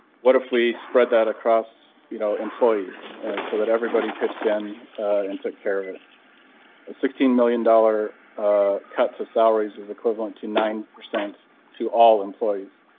if we spread that across you know employees and so that everybody pitched in and took care of it sixteen million dollars ah cut to salaries is equivalent to nine percent to all employees,